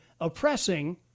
oppressing